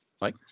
Mike